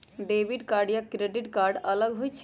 Debit card या credit card अलग होईछ ई?